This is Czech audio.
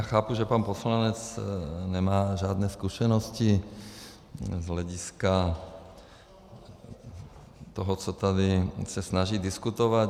Chápu, že pan poslanec nemá žádné zkušenosti z hlediska toho, co se tady snaží diskutovat.